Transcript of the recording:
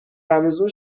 رمضان